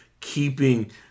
keeping